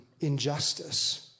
injustice